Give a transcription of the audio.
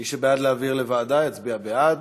מי שבעד להעביר לוועדה, יצביע בעד.